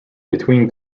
between